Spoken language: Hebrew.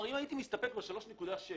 אם הייתי מסתפק ב-3.6